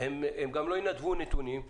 והם גם לא ינדבו את הנתונים.